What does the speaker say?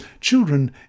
children